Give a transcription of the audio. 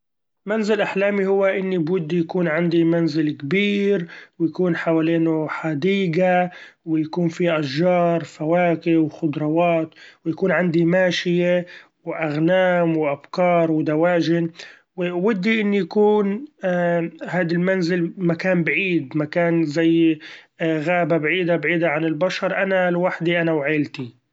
منزل احلامي هو إني بودي يكون عندي منزل كبير، يكون حوالينه حديقة يكون فيه اشچار وفواكه وخضرأوات ، ويكون عندي ماشية واغنام وابقار ودواچن ، وودي إن يكون هاد المنزل مكان بعيد مكان زي غابة بعيدة-بعيدة عن البشر أنا لوحدي أنا وعيلتي.